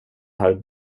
här